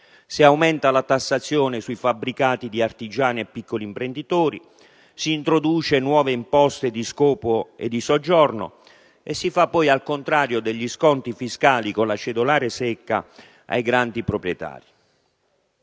Si aumenta la tassazione sui fabbricati di artigiani e piccoli imprenditori, si introducono nuove imposte di scopo e di soggiorno e, al contrario, si fanno sconti fiscali, con la cedolare secca, ai grandi proprietari.